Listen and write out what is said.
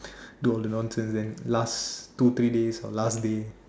do all the nonsense and laugh two three days or last day